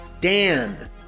Dan